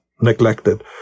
neglected